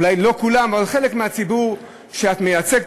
אולי לא כולם, אבל חלק מהציבור שאת מייצגת,